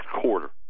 quarter